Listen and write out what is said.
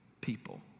People